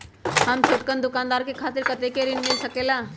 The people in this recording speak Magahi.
हम छोटकन दुकानदार के खातीर कतेक ऋण मिल सकेला?